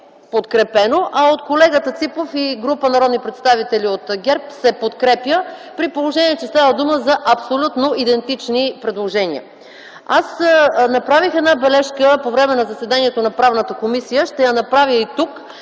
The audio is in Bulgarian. а от колегата Ципов и група народни представители от ГЕРБ се подкрепя, при положение че става дума за абсолютно идентични предложения. Аз направих една бележка по време на заседанието на Правната комисия. Ще я направя и тук,